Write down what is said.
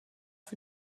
für